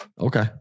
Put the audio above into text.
Okay